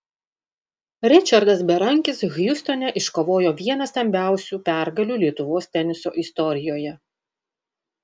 ričardas berankis hjustone iškovojo vieną skambiausių pergalių lietuvos teniso istorijoje